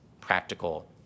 practical